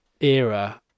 era